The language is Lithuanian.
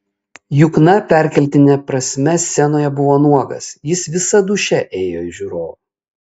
jukna perkeltine prasme scenoje buvo nuogas jis visa dūšia ėjo į žiūrovą